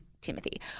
timothy